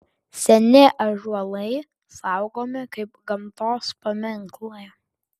seni ąžuolai saugomi kaip gamtos paminklai